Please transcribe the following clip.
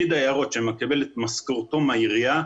פקיד היערות שמקבל את משכורתו מהעירייה,